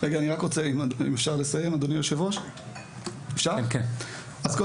כדי